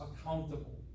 accountable